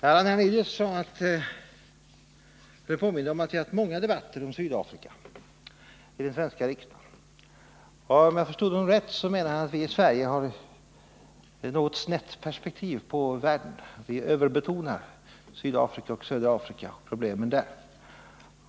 Herr talman! Allan Hernelius påminde om att vi har haft många debatter om Sydafrika i den svenska riksdagen. Om jag förstått honom rätt menar han att vi i Sverige har ett något snett perspektiv på världen och att vi överbetonar södra Afrika och problemen där.